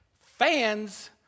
Fans